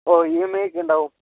oh E M I യൊക്കെ ഉണ്ടാവും